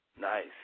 Nice